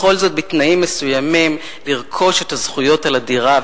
בכל זאת בתנאים מסוימים לרכוש את הזכויות על הדירה,